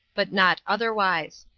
but not otherwise.